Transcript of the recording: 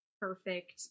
perfect